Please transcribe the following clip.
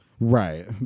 Right